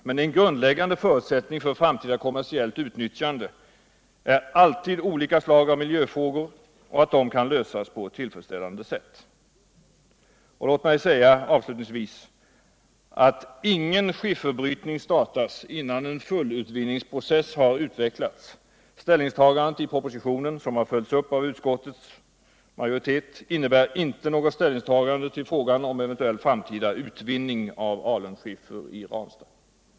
Men en grundläggande förutsättning för framtida kommersiellt utnyttjande är alltid att olika slag av miljöfrågor kan lösas på ett tillfredsställande sätt. Ingen skifferbrytning startas innan en fullutvinningsprocess har utvecklats. Ställningstagandet i propositionen, som har följts upp av utskottets majoritet, innebär inte något ställningstagande till frågan om eventuell framtida utvinning av alunskiffer i Ranstad.